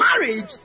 marriage